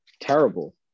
Terrible